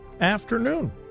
afternoon